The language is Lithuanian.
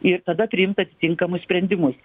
ir tada priimt atitinkamus sprendimus